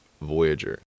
Voyager